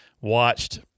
watched